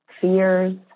fears